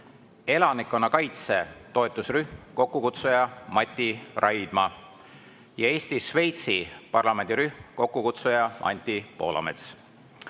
elanikkonnakaitse toetusrühm, kokkukutsuja Mati Raidma, ja Eesti-Šveitsi parlamendirühm, kokkukutsuja Anti Poolamets.